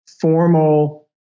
formal